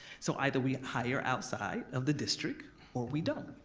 so either we hire outside of the district or we don't.